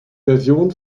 version